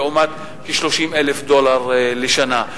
לעומת כ-30,000 דולר לשנה.